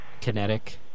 kinetic